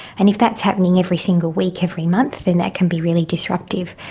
and if that's happening every single week every month then that can be really disruptive.